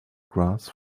grass